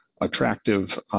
attractive